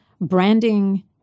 Branding